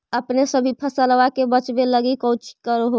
अपने सभी फसलबा के बच्बे लगी कौची कर हो?